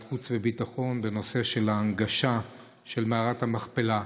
החוץ והביטחון בנושא ההנגשה של מערת המכפלה.